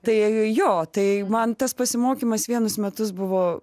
tai jo tai man tas pasimokymas vienus metus buvo